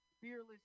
fearless